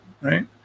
right